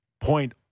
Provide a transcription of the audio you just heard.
point